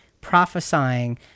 prophesying